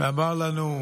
ואמר לנו: